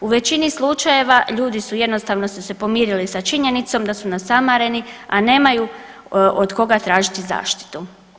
U veći slučajeva ljudi su se jednostavno pomirili sa činjenicom da su nasamareni, a nemajku od kog tražiti zaštitu.